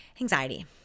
anxiety